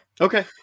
Okay